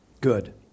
good